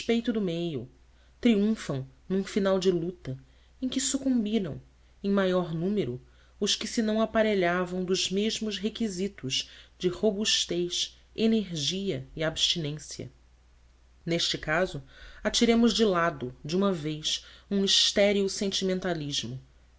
despeito do meio triunfam num final de luta em que sucumbiram em maior número os que se não aparelhavam dos mesmos requisitos de robustez energia e abstinência neste caso atiremos de lado de uma vez um estéril sentimentalismo